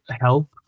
help